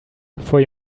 before